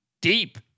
deep